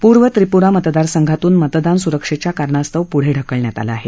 पूर्व त्रिपुरा मतदासंघातून मतदान सुरक्षेच्या कारणास्तव पुढे ढकलण्यात आलं आहे